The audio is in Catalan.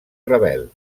rebel